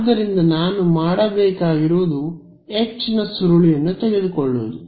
ಆದ್ದರಿಂದ ನಾನು ಮಾಡಬೇಕಾಗಿರುವುದು ಎಚ್ ನ ಸುರುಳಿಯನ್ನು ತೆಗೆದುಕೊಳ್ಳುವುದು